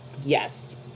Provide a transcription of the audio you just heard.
yes